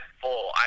full